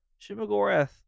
Shimogorath